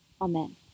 Amen